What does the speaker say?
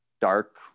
dark